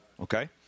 Okay